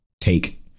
take